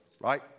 right